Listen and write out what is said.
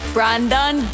Brandon